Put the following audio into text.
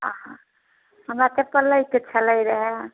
कथी हमरा चप्पल लै के छलै रहय